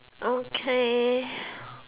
okay